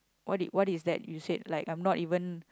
what is what is that you said like I'm not even